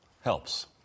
helps